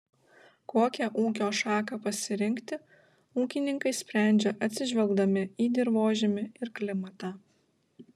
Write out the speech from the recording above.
kokią ūkio šaką pasirinkti ūkininkai sprendžia atsižvelgdami į dirvožemį ir klimatą